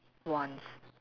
wants